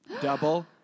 Double